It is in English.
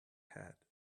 had